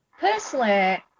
Personally